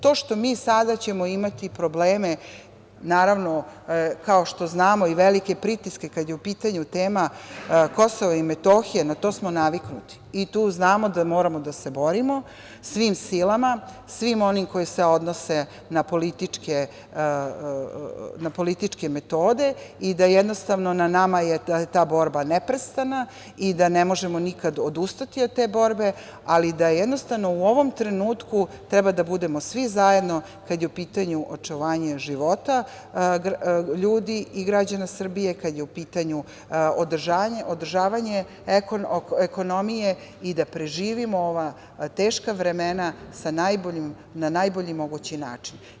To što ćemo mi sada imati probleme, naravno, kao što znamo, i velike pritiske kada je u pitanju tema Kosovo i Metohija, na to smo naviknuti i tu znamo da moramo da se borimo svim silama, svim onim koji se odnose na političke metode i jednostavno je na nama da je ta borba neprestana i da ne možemo nikada odustati od te borbe, ali u ovom trenutku treba da budemo svi zajedno kada je u pitanju očuvanje života ljudi i građana Srbije, kada je u pitanju održavanje ekonomije, da preživimo ova teška vremena na najbolji mogući način.